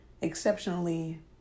exceptionally